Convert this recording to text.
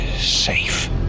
safe